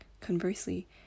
Conversely